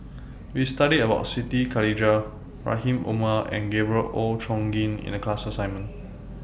We studied about Siti Khalijah Rahim Omar and Gabriel Oon Chong Jin in The class assignment